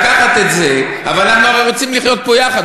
לקחת את זה, אבל הרי אנחנו רוצים לחיות פה יחד.